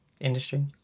industry